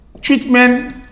treatment